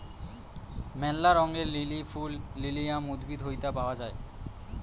ম্যালা রঙের লিলি ফুল লিলিয়াম উদ্ভিদ হইত পাওয়া যায়